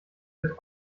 wird